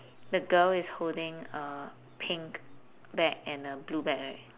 the girl is holding a pink bag and a blue bag right